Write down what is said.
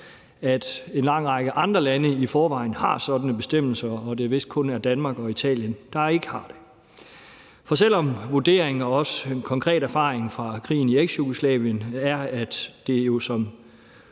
at en lang række andre lande i forvejen har sådanne bestemmelser, og at det vist kun er Danmark og Italien, der ikke har. For selv om vurderingen og også den konkrete erfaring fra krigen i Eksjugoslavien er, at det jo